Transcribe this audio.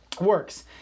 works